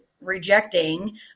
rejecting